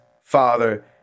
father